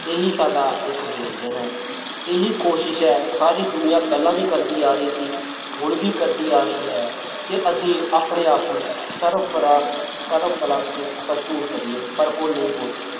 ਇਹੀ ਸਾਡਾ ਇੱਕ ਵਿਅੰਜਨ ਹੈ ਇਹੀ ਕੋਸ਼ਿਸ਼ ਹੈ ਸਾਰੀ ਦੁਨੀਆਂ ਪਹਿਲਾਂ ਵੀ ਕਰਦੀ ਆ ਰਹੀ ਸੀ ਹੁਣ ਵੀ ਕਰਦੀ ਆ ਰਹੀ ਹੈ ਕਿ ਅਸੀਂ ਆਪਣੇ ਆਪ ਨੂੰ ਸਰਬ ਪਰਾ ਸਰਬ ਕਲੰਕ ਭਰਪੂਰ ਕਰੀਏ ਪਰ ਓਹ ਨਹੀਂ ਹੋ ਸਕਦਾ